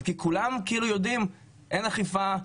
זה כי כולם כאילו יודעים אין אכיפה,